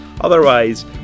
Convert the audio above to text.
Otherwise